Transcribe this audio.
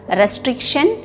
restriction